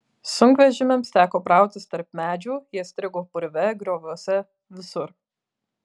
sunkvežimiams teko brautis tarp medžių jie strigo purve grioviuose visur